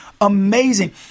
amazing